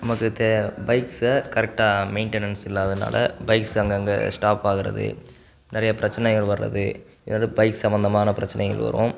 நமக்கு தேவை பைக்ஸை கரெக்டாக மெயின்டெணன்ஸ் இல்லாததினால பைக்ஸ் அங்கங்கே ஸ்டாப் ஆகுறது நிறைய பிரச்சினைகள் வர்றது ஏதாவது பைக்ஸ் சம்பந்தமான பிரச்சினைகள் வரும்